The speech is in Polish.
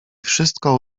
wszystko